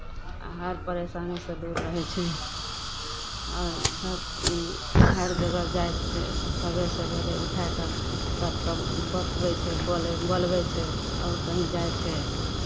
हर परेशानीसँ दूर रहै छै आओर हर ई हर जगह जाइ छै सवेरे सवेरे उठा कऽ सभकेँ बतबै छै बोलै बोलबै छै आओर कहीँ जाइ छै